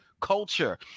culture